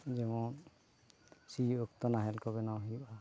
ᱡᱮᱢᱚᱱ ᱥᱤᱭ ᱚᱠᱛᱚ ᱱᱟᱦᱮᱞ ᱠᱚ ᱵᱮᱱᱟᱣ ᱦᱩᱭᱩᱜᱼᱟ